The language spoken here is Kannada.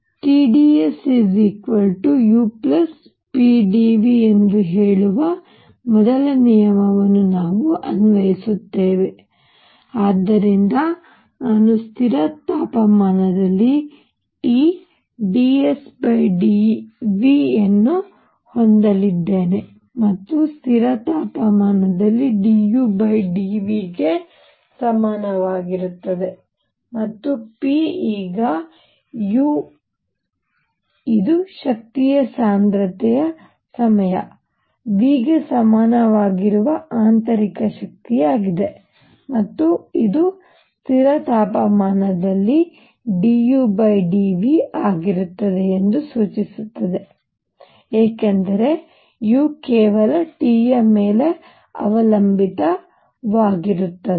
T ds d U P dv ಎಂದು ಹೇಳುವ ಮೊದಲ ನಿಯಮವನ್ನು ನಾವು ಅನ್ವಯಿಸುತ್ತೇವೆ ಆದ್ದರಿಂದ ನಾನು ಸ್ಥಿರ ತಾಪಮಾನದಲ್ಲಿ Tdsdv dudv P ಅನ್ನು ಹೊಂದಲಿದ್ದೇನೆ ಮ ಈಗ U ಇದು ಶಕ್ತಿಯ ಸಾಂದ್ರತೆಯ ಸಮಯ V ಗೆ ಸಮನಾಗಿರುವ ಆಂತರಿಕ ಶಕ್ತಿಯಾಗಿದೆ ಮತ್ತು ಇದು ಸ್ಥಿರ ತಾಪಮಾನದಲ್ಲಿ d Udv ಆಗಿರುತ್ತದೆ ಎಂದು ಸೂಚಿಸುತ್ತದೆ ಏಕೆಂದರೆ U ಕೇವಲ T ಯ ಮೇಲೆ ಅವಲಂಬಿತವಾಗಿರುತ್ತದೆ